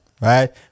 right